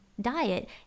diet